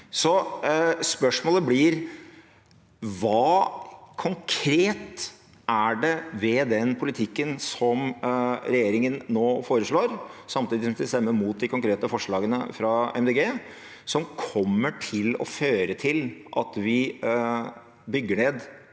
Spørsmålet blir: Hva konkret er det ved den politikken som regjeringen nå foreslår – samtidig som man stemmer mot de konkrete forslagene fra Miljøpartiet De Grønne – som kommer til å føre til at vi bygger ned